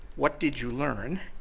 what did you learn?